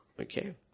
Okay